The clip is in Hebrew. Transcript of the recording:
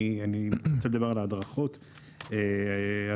אני מייצג את איגוד חברות הביטחון והסייבר בישראל.